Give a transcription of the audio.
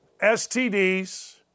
STDs